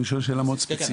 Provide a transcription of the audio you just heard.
אני שואל שאלה מאוד ספציפית.